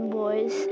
boys